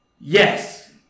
Yes